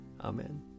Amen